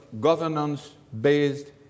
governance-based